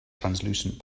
translucent